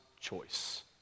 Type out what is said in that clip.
choice